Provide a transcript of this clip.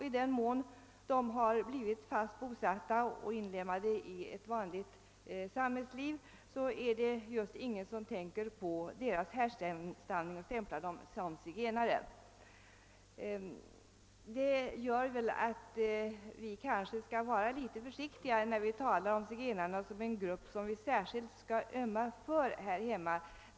I den mån de har blivit fast bosatta och inlemmade i ett vanligt samhällsliv är det just ingen som tänker på deras härstamning och stämplar dem som zigenare. Dessa fakta gör att vi kanske skall vara litet försiktiga när vi talar om zigenarna som en grupp som vi särskilt skall ömma för här hemma.